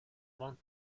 want